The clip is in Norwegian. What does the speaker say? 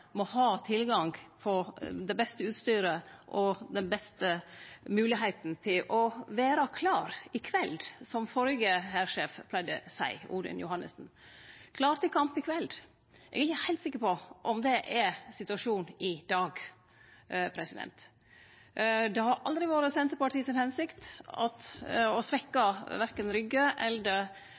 må ha tilgang på det beste utstyret og den beste moglegheita til å vere klar i kveld, som førre hærsjef, Odin Johannessen, pla seie: klar til kamp i kveld. Eg er ikkje heilt sikker på om det er situasjonen i dag. Det har aldri vore Senterpartiet si hensikt å svekkje verken Rygge eller miljøet der,